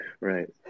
Right